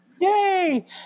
Yay